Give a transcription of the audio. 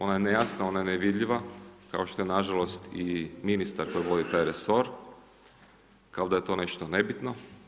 Ona je nejasna, ona je nevidljiva, kao što nažalost i ministar vodi taj resor, kao da je to nešto nebitno.